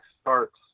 starts